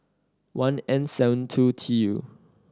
one N seven two T U